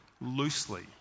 loosely